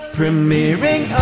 Premiering